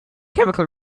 chemical